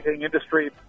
industry